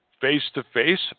face-to-face